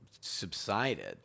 subsided